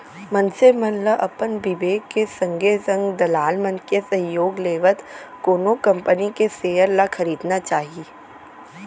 मनसे मन ल अपन बिबेक के संगे संग दलाल मन के सहयोग लेवत कोनो कंपनी के सेयर ल खरीदना चाही